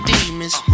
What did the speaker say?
Demons